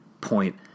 point